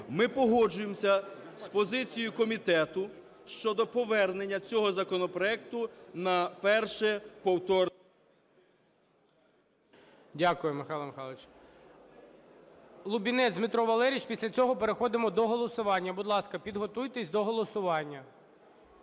Ми погоджуємося з позицією комітету щодо повернення цього законопроекту на перше повторне… ГОЛОВУЮЧИЙ. Дякую, Михайло Михайлович. Лубінець Дмитро Валерійович. Після цього переходимо до голосування. Будь ласка, підготуйтеся до голосування,